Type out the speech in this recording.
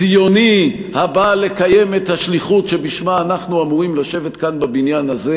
ציוני הבא לקיים את השליחות שבשמה אנחנו אמורים לשבת כאן בבניין הזה,